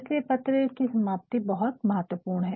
इसलिए पत्र की समाप्ति बहुत महत्वपूर्ण है